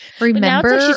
Remember